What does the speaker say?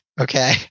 Okay